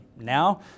now